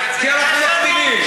כי אנחנו מקטינים,